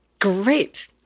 Great